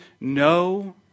no